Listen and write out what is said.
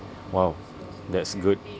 !wow! that's good